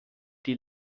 die